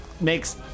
makes